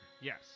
Yes